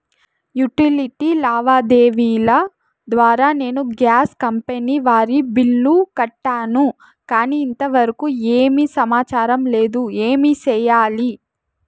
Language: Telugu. యుటిలిటీ లావాదేవీల ద్వారా నేను గ్యాస్ కంపెని వారి బిల్లు కట్టాను కానీ ఇంతవరకు ఏమి సమాచారం లేదు, ఏమి సెయ్యాలి?